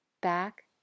back